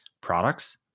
products